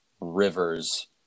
Rivers